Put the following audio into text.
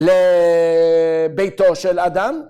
‫לביתו של אדם.